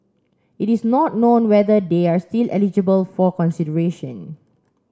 it is not known whether they are still eligible for consideration